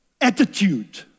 attitude